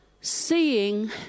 Seeing